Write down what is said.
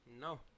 No